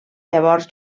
llavors